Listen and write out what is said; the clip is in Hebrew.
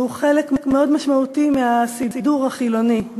הוא חלק משמעותי מהסידור החילוני,